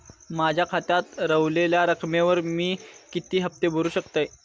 माझ्या खात्यात रव्हलेल्या रकमेवर मी किती हफ्ते भरू शकतय?